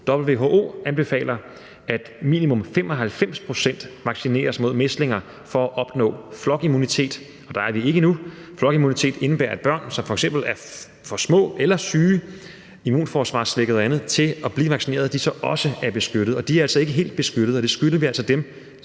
WHO anbefaler, at minimum 95 pct. vaccineres mod mæslinger for at opnå flokimmunitet, og der er vi ikke endnu. Flokimmunitet indebærer, at børn, som f.eks. er for små eller for syge eller immunforsvarssvækkede eller andet til at blive vaccineret, også er beskyttet. De er altså ikke helt beskyttet, men det skylder vi dem